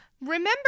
Remember